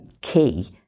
key